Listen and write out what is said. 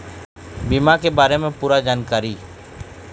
बीमा के बारे म पूरा जानकारी?